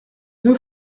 deux